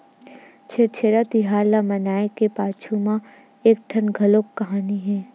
छेरछेरा तिहार ल मनाए के पाछू म एकठन घलोक कहानी हे